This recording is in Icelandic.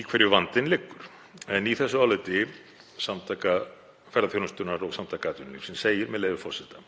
í hverju vandinn liggur. En í þessu áliti Samtaka ferðaþjónustunnar og Samtaka atvinnulífsins segir, með leyfi forseta: